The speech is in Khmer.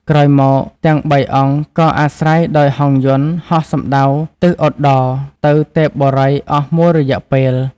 ក្រោយមក ទាំងបីអង្គក៏អាស្រ័យដោយហង្សយន្តហោះសំដៅទិសឧត្តរទៅទេពបុរីអស់មួយរយៈពេល។